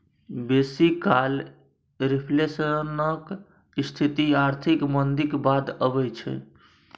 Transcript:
बेसी काल रिफ्लेशनक स्थिति आर्थिक मंदीक बाद अबै छै